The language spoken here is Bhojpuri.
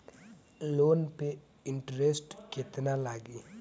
लोन पे इन्टरेस्ट केतना लागी?